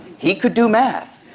he could do math.